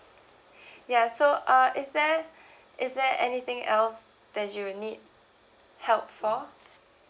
ya so uh is there is there anything else that you'll need help for